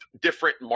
different